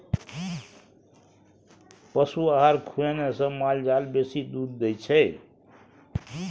पशु आहार खुएने से माल जाल बेसी दूध दै छै